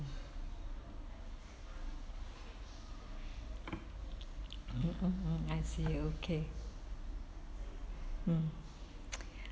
I see okay mm